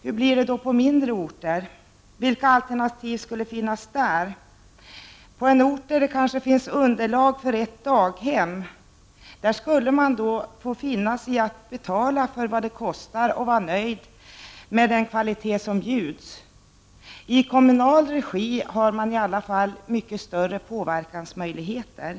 Hur blir det då på mindre orter? Vilka alternativ skulle det finnas där? På en ort där det finns underlag för endast ett daghem skulle man få finna sig i att betala för vad det kostar och vara nöjd med den kvalitet som bjuds. På daghem i kommunal regi har man ändå mycket större påverkansmöjligheter.